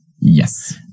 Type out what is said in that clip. Yes